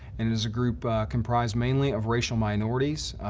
and it is a group comprised mainly of racial minorities,